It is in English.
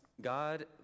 God